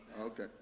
okay